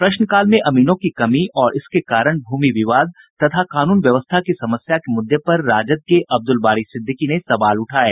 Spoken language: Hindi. प्रश्नकाल में अमीनों की कमी और इसके कारण भूमि विवाद तथा कानून व्यवस्था की समस्या के मुद्दे पर राजद के अब्दुल बारी सिद्दिकी ने सवाल उठाये